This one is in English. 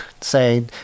say